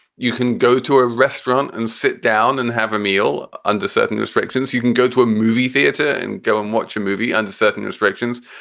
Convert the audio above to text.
you can go to a restaurant and sit down and have a meal under certain restrictions. you can go to a movie theater and go and watch a movie under certain restrictions.